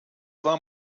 war